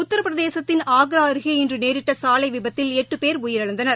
உத்தரப்பிரதேசத்தின் ஆக்ராஅருகே இன்றுநேரிட்டசாலைவிபத்தில் எட்டுபேர் உயிரிழந்தனர்